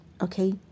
okay